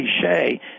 cliche